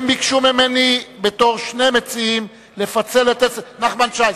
הם ביקשו ממני בתור שני מציעים לפצל, נחמן שי,